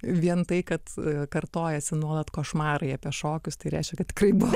vien tai kad kartojasi nuolat košmarai apie šokius tai reiškia kad tikrai buvo